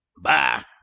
Bye